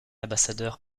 ambassadeur